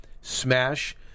smash